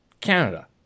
Canada